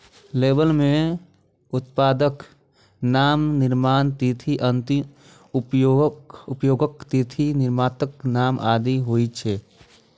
label मे उत्पादक नाम, निर्माण तिथि, अंतिम उपयोगक तिथि, निर्माताक नाम आदि होइ छै